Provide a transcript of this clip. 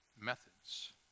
methods